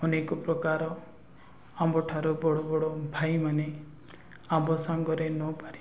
ଅନେକ ପ୍ରକାର ଆମ୍ବଠାରୁ ବଡ଼ ବଡ଼ ଭାଇମାନେ ଆମ୍ବ ସାଙ୍ଗରେ ନପାରି